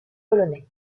polonais